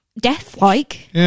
death-like